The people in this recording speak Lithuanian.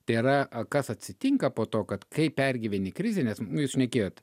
tai yra kas atsitinka po to kad kai pergyveni krizines šnekėt